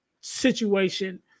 situation